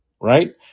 right